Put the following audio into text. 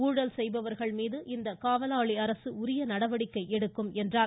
ஊழல் செய்பவர்கள் மீது இந்த காவலாளி அரசு உரிய நடவடிக்கைகள் எடுக்கும் என்றார்